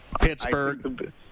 Pittsburgh